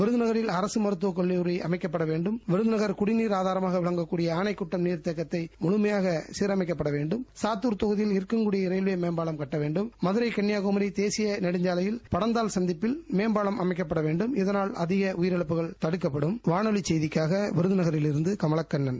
விருதுநகரில் அரசு மருத்துவக் கல்லூரி அமைக்கப்பட வேண்டும் விருதுநகர் குடிநீர் ஆதாரமாக விளங்கக்கூடிய ஆனைக்குட்டம் நீர்த்தேகத்தை முழுமையாக சீரமைக்கப்பட வேண்டும் சாத்தூர் தொகுதியில் இருக்கன்குடி ரயில்வே மேம்பாலம் கட்ட வேண்டும் மதுரை கன்னியாகுமரி தேசிய நெடுஞ்சாலையில் படந்தால் சந்திப்பில் மேம்பாலம் அமைக்கப்பட வேண்டும் இதனால் அதிக உயிரிழப்புகள் தடுக்கப்படும் வானொலி செய்திகளுக்காக விருதுநகரிலிருந்து கமலக்கண்ணன்